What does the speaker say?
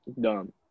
Dumb